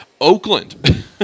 Oakland